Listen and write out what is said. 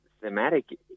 thematic